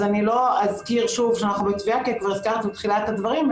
אז אני לא אזכיר שוב שאנחנו בתביעה כי זה כבר הוזכרת בתחילת הדברים.